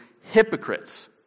hypocrites